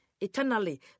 eternally